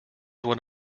one